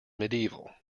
medieval